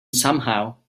somehow